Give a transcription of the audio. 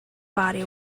body